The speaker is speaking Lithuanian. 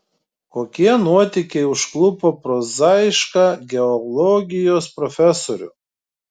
kokie nuotykiai užklupo prozaišką geologijos profesorių